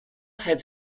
had